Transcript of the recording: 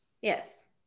Yes